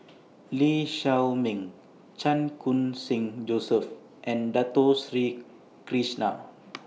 Lee Shao Meng Chan Khun Sing Joseph and Dato Sri Krishna